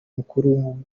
mukuru